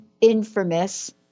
infamous